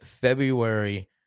February